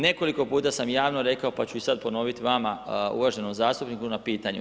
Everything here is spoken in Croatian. Nekoliko puta sam javno rekao pa ću i sada ponoviti vama, uvaženom zastupniku na pitanju.